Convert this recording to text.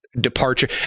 departure